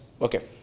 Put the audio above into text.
okay